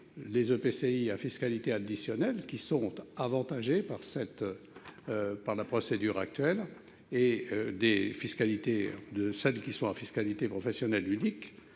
les EPCI à fiscalité additionnelle, qui sont avantagés par la procédure actuelle, des EPCI à fiscalité professionnelle unique,